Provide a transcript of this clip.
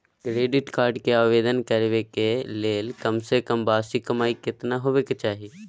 Credit card के आवेदन करबैक के लेल कम से कम वार्षिक कमाई कत्ते होबाक चाही?